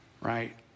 right